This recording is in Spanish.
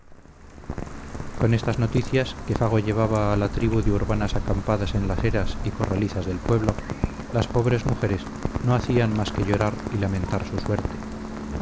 con estas noticias que fago llevaba a la tribu de urbanas acampadas en las eras y corralizas del pueblo las pobres mujeres no hacían más que llorar y lamentar su suerte